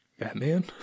Batman